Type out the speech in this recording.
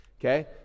Okay